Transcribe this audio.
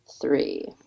Three